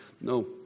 No